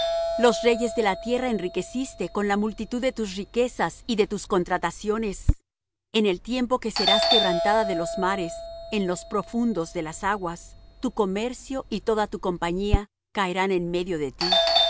los reyes de la tierra enriqueciste con la multitud de tus riquezas y de tus contrataciones en el tiempo que serás quebrantada de los mares en los profundos de las aguas tu comercio y toda tu compañía caerán en medio de ti